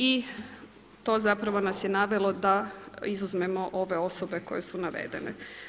I to zapravo nas je navelo da izuzmemo ove osobe koje su navedene.